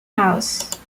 house